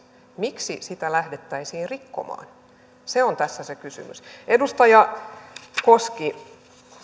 miksi sitä lähdettäisiin rikkomaan se on tässä se kysymys edustaja koski